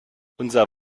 unser